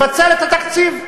לפצל את התקציב.